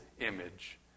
image